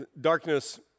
darkness